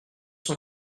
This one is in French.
cent